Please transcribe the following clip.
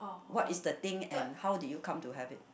what is thing and how did you come to have it